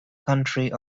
county